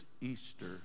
Easter